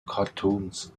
cartoons